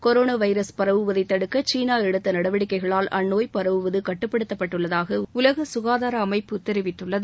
corona virus பரவுவதை தடுக்க China எடுத்த நடவடிக்கைகளால் அந்நோய் பரவுவது கட்டுப்படுத்தப்பட்டுள்ளதாக உலக சுகாதார நிறுவனம் தெரிவித்துள்ளது